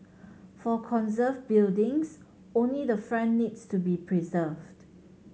for conserved buildings only the front needs to be preserved